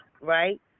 right